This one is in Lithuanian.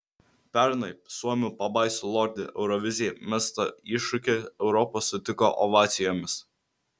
pernai suomių pabaisų lordi eurovizijai mestą iššūkį europa sutiko ovacijomis